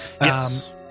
Yes